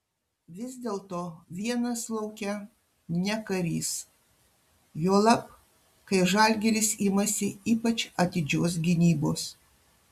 vis dėlto vienas lauke ne karys juolab kai žalgiris imasi ypač atidžios gynybos